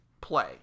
play